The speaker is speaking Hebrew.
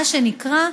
מה שנקרא,